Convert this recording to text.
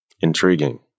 Intriguing